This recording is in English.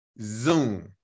Zoom